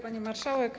Pani Marszałek!